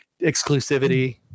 exclusivity